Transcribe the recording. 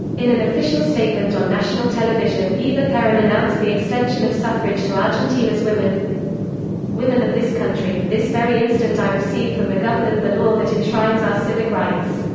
in an official statement on national television, eva peron announced the extension of suffrage to argentina's women women of this country, this very instant i receive from the government the law that enshrines our civic rights.